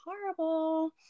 horrible